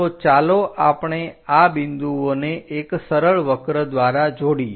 તો ચાલો આપણે આ બિંદુઓને એક સરળ વક્ર દ્વારા જોડીએ